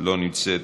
לא נמצאת,